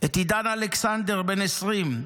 את עידן אלכסנדר, בן 20,